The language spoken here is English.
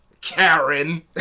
Karen